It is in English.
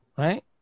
right